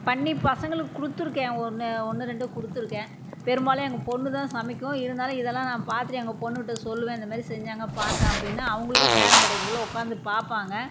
பண்ணி பசங்களுக்கு கொடுத்துருக்கேன் ஒன்று ஒன்று ரெண்டு கொடுத்துருக்கேன் பெரும்பாலும் எங்கள் பெண்ணு தான் சமைக்கும் இருந்தாலும் இதெலாம் நான் பார்த்துட்டு எங்கள் பொண்ணுக்கிட்ட சொல்லுவேன் இந்த மாரி செஞ்சாங்க பார்த்தேன் அப்படினு அவர்களுக்கும் நேரம் கிடைக்கக்குள்ள உக்கார்ந்து பார்ப்பாங்க